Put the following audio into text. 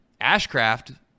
Ashcraft